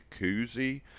jacuzzi